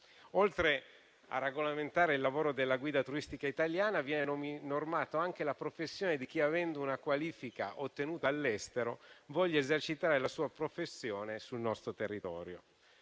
Oltre a regolamentare il lavoro della guida turistica italiana, viene normata anche la professione di chi, avendo una qualifica ottenuta all'estero, voglia esercitare la sua professione sul nostro territorio.